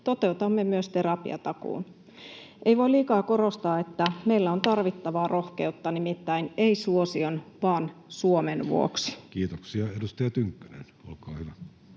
Toteutamme myös terapiatakuun. Ei voi liikaa korostaa, että meillä on tarvittavaa rohkeutta — nimittäin ei suosion vaan Suomen vuoksi. Kiitoksia. — Edustaja Tynkkynen, olkaa hyvä.